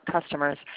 customers